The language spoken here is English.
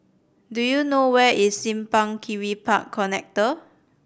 do you know where is Simpang Kiri Park Connector